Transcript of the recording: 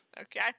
Okay